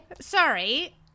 Sorry